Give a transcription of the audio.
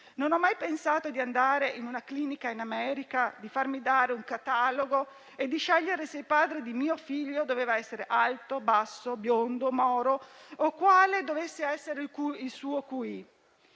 non ho mai pensato di andare in una clinica in America, di farmi dare un catalogo e di scegliere se il padre di mio figlio doveva essere alto, basso, biondo o moro o quale dovesse essere il suo QI.